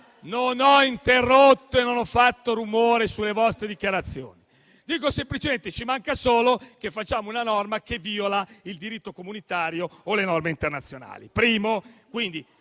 non ho interrotto e non ho fatto rumore sulle vostre dichiarazioni. Dico semplicemente che ci manca solo che facciamo una norma che viola il diritto comunitario o le norme internazionali.